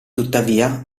tuttavia